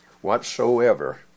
whatsoever